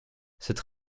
cette